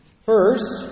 First